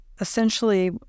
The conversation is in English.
essentially